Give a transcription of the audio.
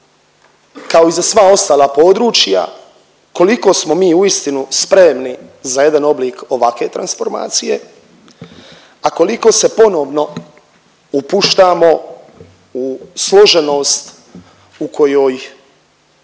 kao i za sva ostala područja koliko smo mi uistinu spremni za jedan oblik ovakve transformacije, a koliko se ponovno upuštamo u složenost u kojoj